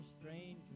strange